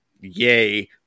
yay